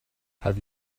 have